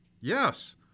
Yes